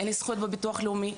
אין לי זכויות בביטוח לאומי,